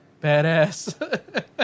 Badass